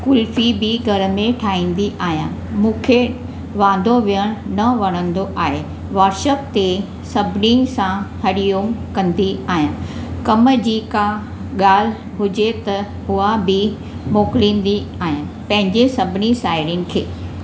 कुल्फी बि घर में ठाहींदी आहियां मूंखे वांदो वेहणु न वणंदो आहे वाट्सप ते सभिनी सां हरि ऊं बि मोकिलींदी आहियां पंहिंजे सभिनी साहेड़िन खे